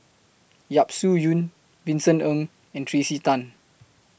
Yap Su Yin Vincent Ng and Tracey Tan